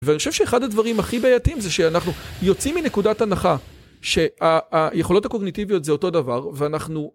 ואני חושב שאחד הדברים הכי בעייתים זה שאנחנו יוצאים מנקודת הנחה שהיכולות הקוגניטיביות זה אותו דבר ואנחנו